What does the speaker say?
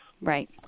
Right